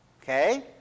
Okay